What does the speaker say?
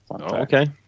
Okay